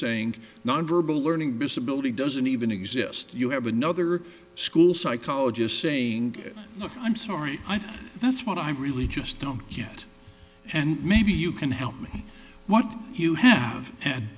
saying non verbal learning disability doesn't even exist you have another school psychologist saying look i'm sorry and that's what i really just don't get and maybe you can help me what you have at